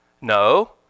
no